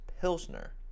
Pilsner